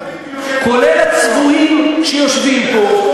כולל הצבועים שיושבים פה,